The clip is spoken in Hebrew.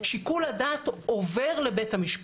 שיקול הדעת עובר לבית המשפט.